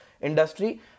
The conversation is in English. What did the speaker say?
industry